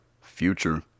Future